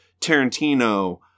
Tarantino